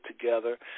together